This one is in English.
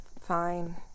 Fine